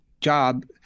job